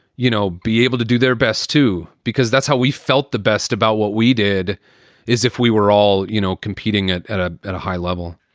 you know, be able to do their best to because that's how we felt. the best about what we did is if we were all, you know, competing at a ah at a high level.